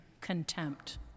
contempt